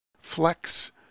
Flex